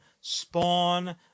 Spawn